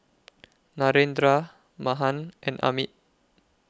Narendra Mahan and Amit